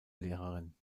lehrerin